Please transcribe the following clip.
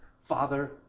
Father